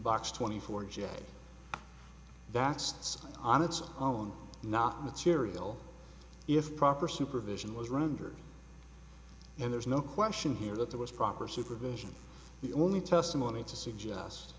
inbox twenty four j that's on its own not material if proper supervision was rendered and there's no question here that there was proper supervision the only testimony to suggest